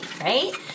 right